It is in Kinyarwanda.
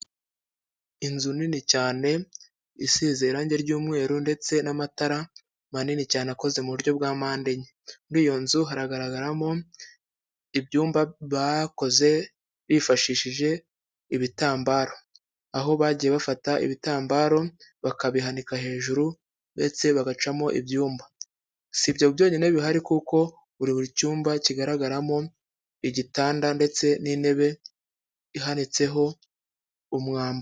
Inzu nini cyane isize irangi ry'umweru ndetse n'amatara manini cyane akoze mu buryo bwa mpande enye. Muri iyo nzu hagaragaramo ibyumba bakoze bifashishije ibitambaro, aho bagiye bafata ibitambaro bakabihanika hejuru ndetse bagacamo ibyumba. Sibyo byonyine bihari kuko buri cyumba kigaragaramo igitanda ndetse n'intebe ihanitseho umwambaro.